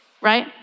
Right